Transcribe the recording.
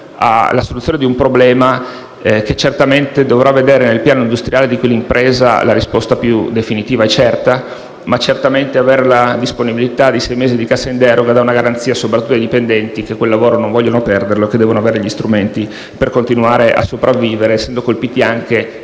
alla soluzione di un problema che certamente dovrà vedere nel piano industriale di quell'impresa la risposta più definita e certa; tuttavia, sicuramente avere la disponibilità di sei mesi di cassa integrazione in deroga dà una garanzia, soprattutto ai dipendenti che quel lavoro non vogliono perderlo, di avere gli strumenti per continuare a sopravvivere essendo colpiti